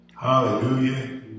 hallelujah